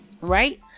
Right